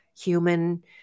human